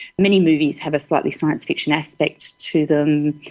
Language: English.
many movies have a slightly science-fiction aspect to them.